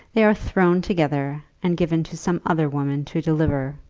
they are thrown together, and given to some other woman to deliver.